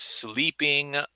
sleeping